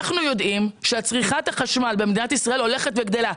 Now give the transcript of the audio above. אנחנו יודעים שצריכת החשמל במדינת ישראל הולכת וגדלה.